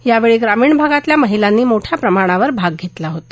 यावेळी ग्रामीण भागातील महिलांनी मोठ्या प्रमाणावर भाग घेतला होता